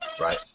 Right